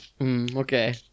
Okay